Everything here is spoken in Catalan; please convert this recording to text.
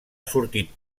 sorgit